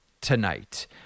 tonight